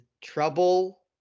trouble